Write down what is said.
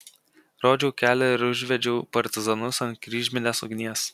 rodžiau kelią ir užvedžiau partizanus ant kryžminės ugnies